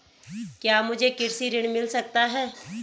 क्या मुझे कृषि ऋण मिल सकता है?